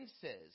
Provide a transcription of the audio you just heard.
says